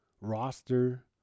roster